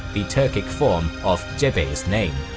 the turkic form of jebe's name.